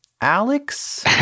Alex